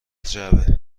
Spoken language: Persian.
جعبه